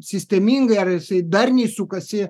sistemingai ar jisai darniai sukasi